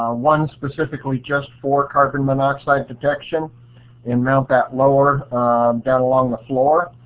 um one specifically just for carbon monoxide detection and mount that lower down along the floor,